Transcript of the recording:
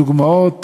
דוגמאות,